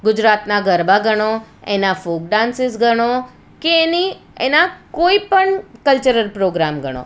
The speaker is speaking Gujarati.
ગુજરાતના ગરબા ગણો એના ફોક ડાન્સસીસ ગણો કે એની એના કોઈ પણ કલ્ચરલ પ્રોગ્રામ ગણો